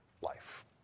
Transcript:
life